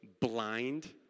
blind